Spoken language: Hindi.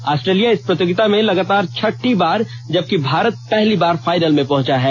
ऑस्ट्रेलिया इस प्रतियोगिता में लगातार छठी बार जबकि भारत पहली बार फाइनल में पहुंचा है